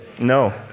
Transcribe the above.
No